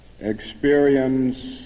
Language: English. experience